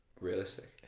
realistic